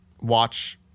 watch